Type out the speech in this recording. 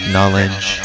Knowledge